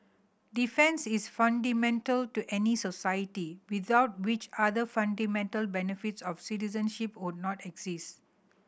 defence is fundamental to any society without which other fundamental benefits of citizenship would not exist